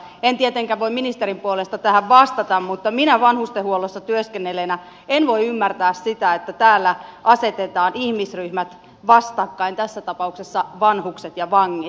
en tietenkään voi ministerin puolesta tähän vastata mutta minä vanhustenhuollossa työskennelleenä en voi ymmärtää sitä että täällä asetetaan ihmisryhmät vastakkain tässä tapauksessa vanhukset ja vangit